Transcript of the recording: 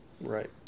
Right